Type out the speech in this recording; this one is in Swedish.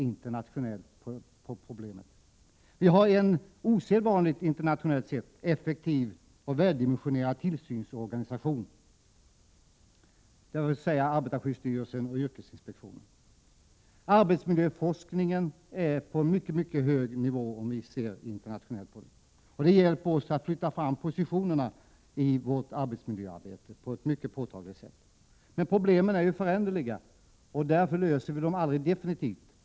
Internationellt sett har vi också en osedvanligt effektiv och väldimensionerad tillsynsorganisation, som arbetarskyddsstyrelsen och yrkesinspektionen svarar för. Också arbetsmiljöforskningen är internationellt på en mycket hög nivå. Detta hjälper oss att flytta fram positionerna i vårt arbetsmiljöarbete på ett mycket påtagligt sätt. Men problemen är ju föränderliga, och därför löser vi dem aldrig definitivt.